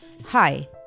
Hi